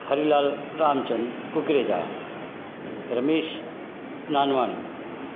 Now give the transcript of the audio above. Harilal Ramchand Kukreja Ramesh Nanwani